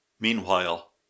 Meanwhile